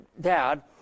dad